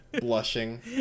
Blushing